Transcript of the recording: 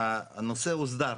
והנושא הוסדר.